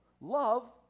Love